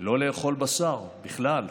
לא לאכול בשר בכלל?